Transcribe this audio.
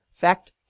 Fact